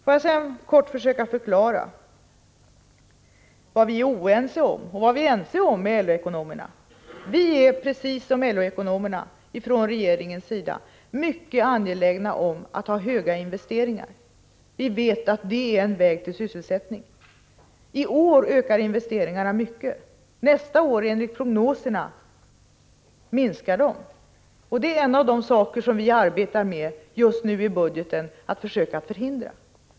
Jag vill sedan kort försöka förklara vad vi är oense om och vad vi är ense om med LO-ekonomerna. Vi är — precis som LO-ekonomerna — från regeringens sida mycket angelägna om att ha höga investeringar. Vi vet att det är en väg till sysselsättning. I år ökar investeringarna mycket. Nästa år minskar de, enligt prognoserna, och det är en av de saker vi just nu i budgetarbetet försöker förhindra.